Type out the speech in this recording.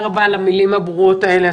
תודה רבה על המילים הברורות האלה,